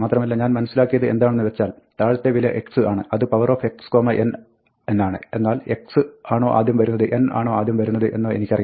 മാത്രമല്ല ഞാൻ മനസ്സിലാക്കിയത് എന്താണെന്ന് വെച്ചാൽ താഴത്തെ വില x ആണ് അത് powerxn എന്നാണ് എന്നാൽ x ആണോ ആദ്യം വരുന്നത് n ആണോ ആദ്യം വരുന്നത് എന്നോ എനിക്കറിയില്ല